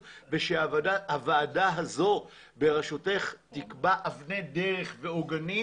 ושהוועדה הזו בראשותך תקבע אבני דרך ועוגנים